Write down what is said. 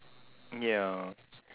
ya